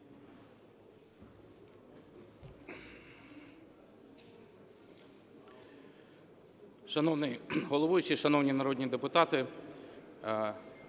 Дякую,